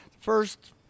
first